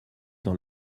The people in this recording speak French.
dans